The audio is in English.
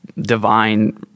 divine